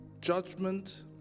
Judgment